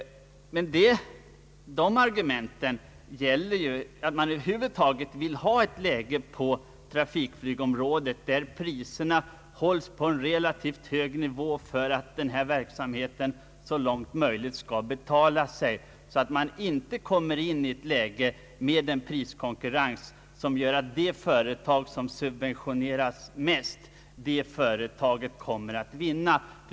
Det argumentet bygger på att man på trafikflygområdet över huvud taget vill ha priserna på en relativt hög nivå för att verksamheten så långt möjligt skall betala sig själv, så att man inte hamnar i ett läge med en priskonkurrens som gör att de företag som subventioneras mest vinner.